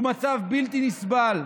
הוא מצב בלתי נסבל.